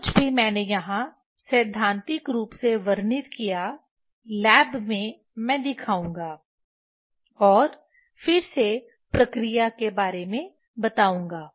जो कुछ भी मैंने यहां सैद्धांतिक रूप से वर्णित किया लैब में मैं दिखाऊंगा और फिर से प्रक्रिया के बारे में बताऊंगा